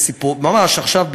ממש עכשיו,